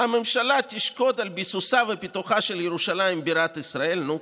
"הממשלה תשקוד על ביסוסה ופיתוחה של ירושלים בירת ישראל" נו,